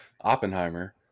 Oppenheimer